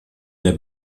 der